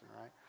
right